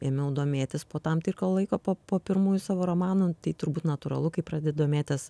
ėmiau domėtis po tam tikro laiko po po pirmųjų savo romanų tai turbūt natūralu kai pradedi domėtis